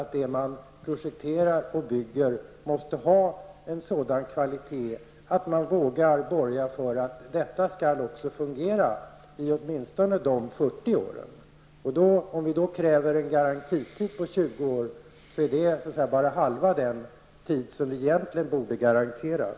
Det som man projekterar och bygger måste ha en sådan kvalitet att man kan borga för att detta skall fungera i åtminstone dessa 40 år. Om vi då kräver en garantitid på 20 år utgör detta bara halva den tid som man egentligen borde garantera.